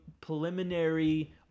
preliminary